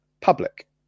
public